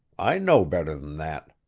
i know better than that.